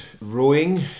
rowing